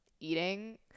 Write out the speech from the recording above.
eating